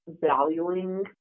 Valuing